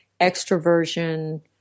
extroversion